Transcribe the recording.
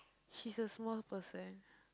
she is a small person